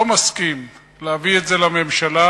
לא מסכים להביא את זה לממשלה